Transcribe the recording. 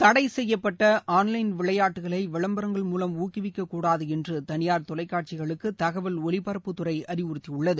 தடை செய்யப்பட்ட ஆன்லைன் விளையாட்டுகளை விளம்பரங்கள் மூலம் ஊக்குவிக்கக் கூடாது என்று தனியார் தொலைக்காட்சிகளுக்கு தகவல் ஒலிபரப்புத்துறை அறிவுறுத்தியுள்ளது